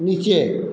নিচে